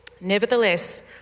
Nevertheless